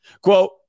Quote